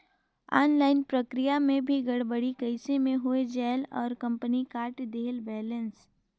Online प्रक्रिया मे भी गड़बड़ी कइसे मे हो जायेल और कंपनी काट देहेल बैलेंस?